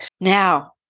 Now